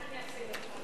איך אני אפסיד אותך?